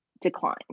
decline